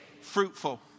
fruitful